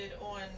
on